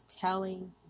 telling